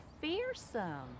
fearsome